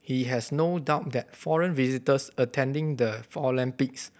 he has no doubt that foreign visitors attending the for Olympics